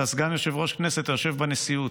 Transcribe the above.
אתה סגן יושב-ראש הכנסת, אתה יושב בנשיאות.